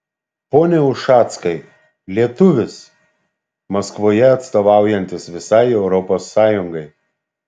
pone ušackai lietuvis maskvoje atstovaujantis visai europos sąjungai